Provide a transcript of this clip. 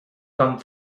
come